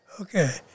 Okay